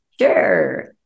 Sure